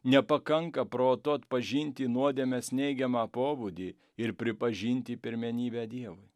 nepakanka proto atpažinti nuodėmės neigiamą pobūdį ir pripažinti pirmenybę dievui